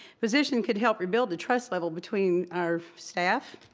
position could help rebuild the trust level between our staff,